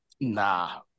Nah